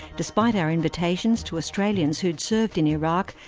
despite our invitations to australians who'd served in iraq,